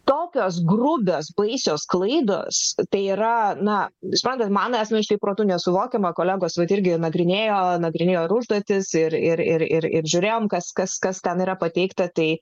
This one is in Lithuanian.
tokios grubios baisios klaidos tai yra na suprantat man asmeniškai protu nesuvokiama kolegos vat irgi nagrinėjo nagrinėjo ir užduotis ir ir ir ir žiūrėjome kas kas kas ten yra pateikta tai